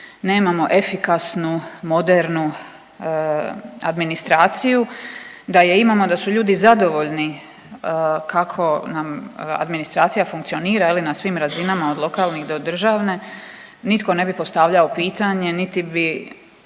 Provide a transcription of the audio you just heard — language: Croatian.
nemamo efikasnu, modernu administraciju. Da je imamo, da su ljudi zadovoljni kako nam administracija funkcionira je li na svim razinama od lokalnih do državne nitko ne bi postavljao pitanje niti bi